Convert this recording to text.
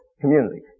community